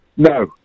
No